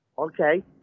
Okay